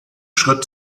schritt